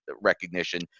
recognition